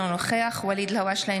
אינו נוכח ואליד אלהואשלה,